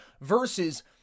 versus